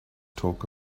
talk